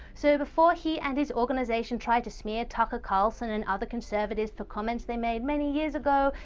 so before he and his organisation try to smear tucker carlson, and other conservatives for comments they've made many years ago,